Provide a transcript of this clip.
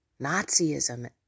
Nazism